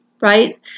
Right